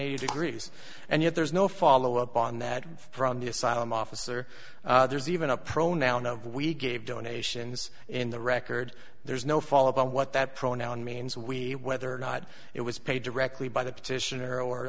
eighty degrees and yet there's no follow up on that from the asylum officer there's even a pronoun of we gave donations in the record there's no follow up on what that pronoun means we whether or not it was paid directly by the petitioner or